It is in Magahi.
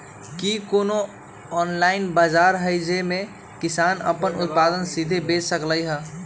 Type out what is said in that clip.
कि कोनो ऑनलाइन बाजार हइ जे में किसान अपन उत्पादन सीधे बेच सकलई ह?